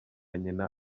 nyina